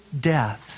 death